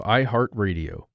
iHeartRadio